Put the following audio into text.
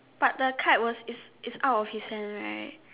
but the kite was is is out of his hand right